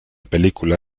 película